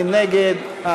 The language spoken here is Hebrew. מי נגד?